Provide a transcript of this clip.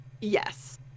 yes